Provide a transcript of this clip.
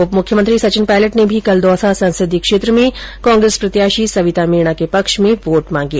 उप मुख्यमंत्री सचिन पायलट ने भी कल दौसा संसदीय क्षेत्र में कांग्रेस प्रत्याशी सविता मीणा के पक्ष में वोट मांगे